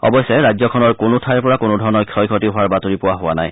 অৱশ্যে ৰাজ্যখনৰ কোনো ঠাইৰ পৰা কোনোধৰণৰ ক্ষয়ক্ষতি হোৱাৰ বাতৰি পোৱা হোৱা নাই